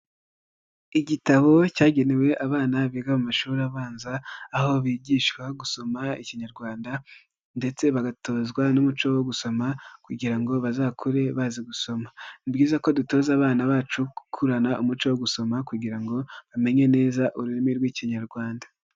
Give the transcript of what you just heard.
Igitabo cyagenewe abana biga mu mashuri abanza, aho bigishwa gusoma Ikinyarwanda ndetse bagatozwa n'umuco wo gusoma kugira ngo bazakure bazi gusoma. Ni byiza ko dutoza abana bacu gukurana umuco wo gusoma kugira ngo bamenye neza ururimi rw'Ikinyarwanda.